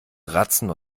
ratzen